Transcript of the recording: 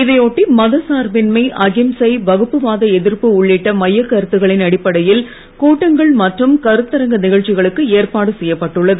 இதையொட்டி மத சார்பின்மை அகிம்சை வகுப்புவாத எதிர்ப்பு உள்ளிட்ட மையக் கருத்துகளின் அடிப்படையில் கூட்டங்கள் மற்றும் கருத்தரங்க நிகழ்ச்சிகளுக்கு ஏற்பாடு செய்யப்பட்டுள்ளது